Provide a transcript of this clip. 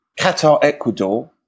Qatar-Ecuador